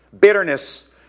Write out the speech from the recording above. Bitterness